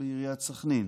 בעיריית סח'נין.